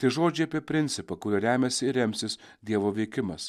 tai žodžiai apie principą kuriuo remiasi ir remsis dievo veikimas